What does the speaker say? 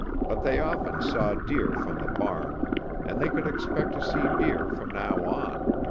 but they often saw deer from the barn and they could expect to see deer from now on.